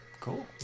Cool